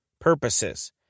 purposes